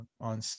on